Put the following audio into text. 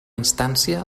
instància